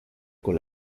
con